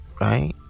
right